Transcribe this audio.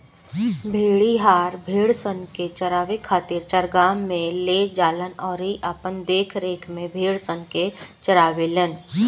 भेड़िहार, भेड़सन के चरावे खातिर चरागाह में ले जालन अउरी अपना देखरेख में भेड़सन के चारावेलन